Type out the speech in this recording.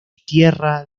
tierra